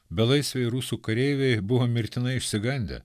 belaisviai rusų kareiviai buvo mirtinai išsigandę